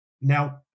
Now